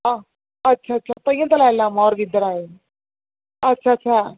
अच्छा अच्छा तांइयै दलाईलामा होर बी इद्धर आए हे